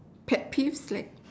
pet peeve like